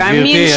תאמין לי,